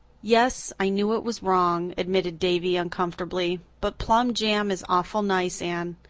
yes, i knew it was wrong, admitted davy uncomfortably, but plum jam is awful nice, anne.